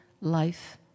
life